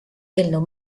eelnõu